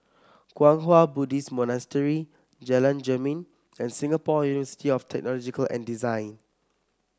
Kwang Hua Buddhist Monastery Jalan Jermin and Singapore University of Technological and Design